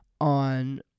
on